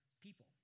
people